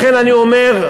לכן אני אומר,